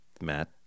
Matt